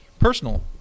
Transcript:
personal